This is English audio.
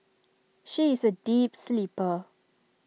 she is A deep sleeper